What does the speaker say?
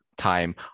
time